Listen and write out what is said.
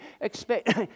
Expect